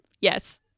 Yes